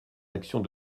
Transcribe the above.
actions